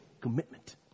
commitment